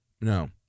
No